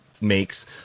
makes